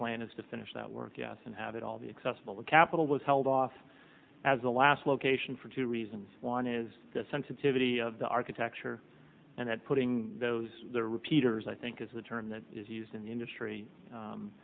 plan is to finish that work yes and have it all the accessible the capital was held off as a last location for two reasons one is the sensitivity of the architecture and that putting those repeaters i think is the term that is used in the industry